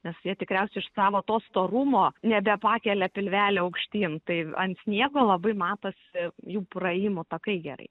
nes jie tikriausiai iš savo to storumo nebepakelia pilvelio aukštyn tai ant sniego labai matosi jų praėjimo takai gerai